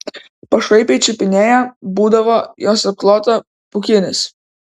pašaipiai čiupinėja būdavo jos apklotą pūkinis